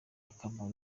akamaro